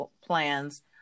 plans